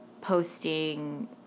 posting